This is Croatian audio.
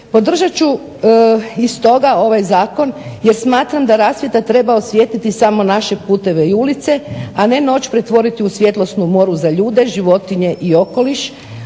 Podržat ću i stoga ovaj zakon jer smatram da rasvjeta treba osvijetliti samo naše puteve i ulice, a ne noć pretvoriti u svjetlosnu moru za ljude, životinje i okoliš.